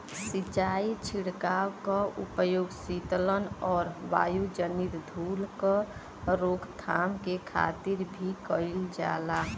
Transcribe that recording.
सिंचाई छिड़काव क उपयोग सीतलन आउर वायुजनित धूल क रोकथाम के खातिर भी कइल जाला